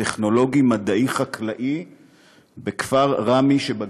הטכנולוגי-מדעי-חקלאי בכפר ראמה שבגליל.